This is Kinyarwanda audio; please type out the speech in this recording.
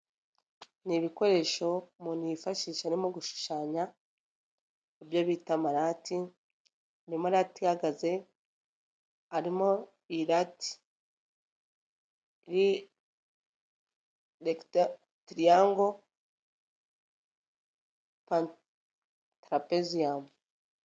Ni ibikoresho umuntu yifashisha arimo gushushanya, ibyo bita amarate, harimo rati ihagaze, harimo irati iri tiriyango, tarapeziyamu .